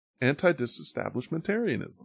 Anti-disestablishmentarianism